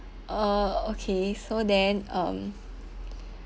uh okay so then um